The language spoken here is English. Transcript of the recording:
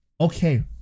Okay